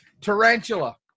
Tarantula